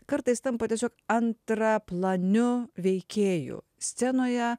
kartais tampa tiesiog antraplaniu veikėju scenoje